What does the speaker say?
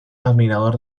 admirador